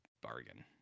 bargain